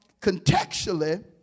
contextually